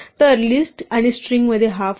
तर लिस्ट आणि स्ट्रिंगमध्ये हा फरक आहे